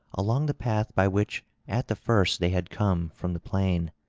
along the path by which at the first they had come from the plain,